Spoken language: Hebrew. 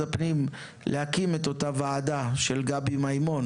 הפנים להקים את אותה ועדה של גבי מימון,